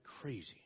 crazy